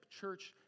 church